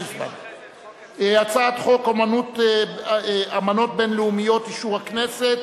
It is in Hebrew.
הצעת חוק אמנות בין-לאומית (אישור הכנסת),